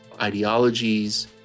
ideologies